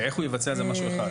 איך הוא יבצע זה משהו אחד.